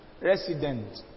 Resident